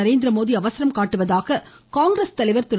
நரேந்திரமோடி அவசரம் காட்டுவதாக காங்கிரஸ் தலைவர் திரு